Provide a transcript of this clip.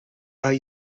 are